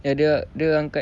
dia dia angkat